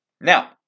Now